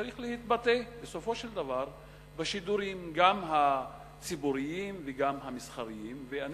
צריך להתבטא בסופו של דבר גם בשידורים הציבוריים וגם בשידורים המסחריים.